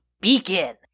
begin